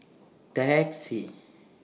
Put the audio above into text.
Taxi